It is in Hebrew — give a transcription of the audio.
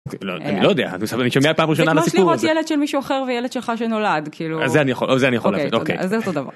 לא יודע אני שומע פעם ראשונה סיפור ילד של מישהו אחר וילד שלך שנולד כאילו זה נכון זה נכון.